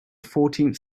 fourteenth